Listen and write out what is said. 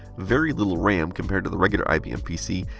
very little ram compared to the regular ibm pc,